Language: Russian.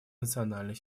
национальной